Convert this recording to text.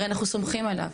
הרי אנחנו סומכים עליו.